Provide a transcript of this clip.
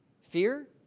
Fear